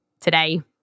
Today